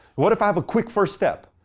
what if i have a quick first step?